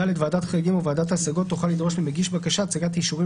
(ד) ועדת חריגים או ועדת השגות תוכל לדרוש ממגיש בקשה הצגת אישורים